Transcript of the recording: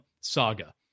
saga